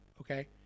Okay